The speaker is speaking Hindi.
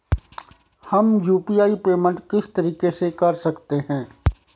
हम यु.पी.आई पेमेंट किस तरीके से कर सकते हैं?